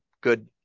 good